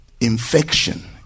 infection